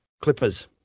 Clippers